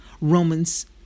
Romans